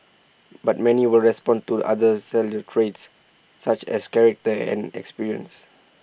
but many will respond to other salient traits such as character and experience